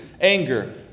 anger